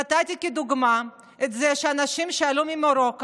נתתי כדוגמה את זה שאנשים שעלו ממרוקו